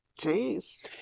Jeez